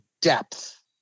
depth